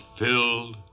filled